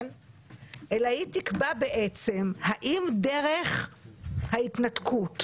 אלא היא תקבע בעצם האם דרך ההתנתקות,